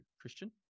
Christian